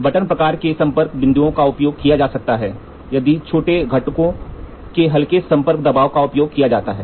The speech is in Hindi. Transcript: तो बटन प्रकार के संपर्क बिंदुओं का उपयोग किया जा सकता है यदि छोटे घटकों के हल्के संपर्क दबाव का उपयोग किया जाता है